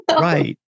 Right